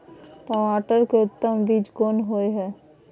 टमाटर के उत्तम बीज कोन होय है?